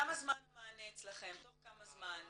תוך כמה זמן המענה אצלכם, מיהו.